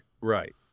Right